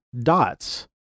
dots